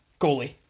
goalie